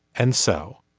and so